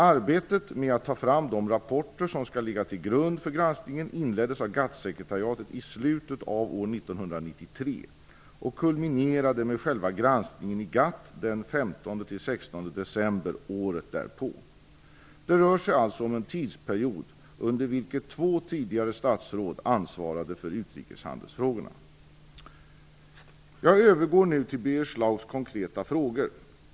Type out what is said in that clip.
Arbetet med att ta fram de rapporter som skall ligga till grund för granskningen inleddes av GATT-sekretariatet i slutet av år 1993 och kulminerade med själva granskningen i GATT den 15-16 december året därpå. Det rör sig alltså om en tidsperiod under vilket två tidigare statsråd ansvarade för utrikeshandelsfrågorna. Jag övergår nu till Birger Schlaugs konkreta frågor.